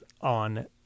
on